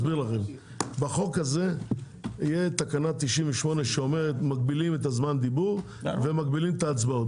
בחוק הזה תהיה תקנה 98 שאומרת: מגבילים את זמן הדיבור ואת ההצבעות,